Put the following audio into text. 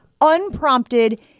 unprompted